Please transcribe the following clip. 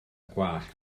gwallt